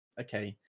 okay